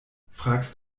fragst